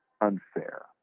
unfair